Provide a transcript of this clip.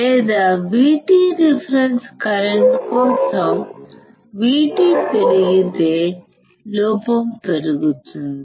లేదా VT reference current కోసం VT పెరిగితే లోపం పెరుగుతుంది